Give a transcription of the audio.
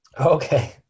Okay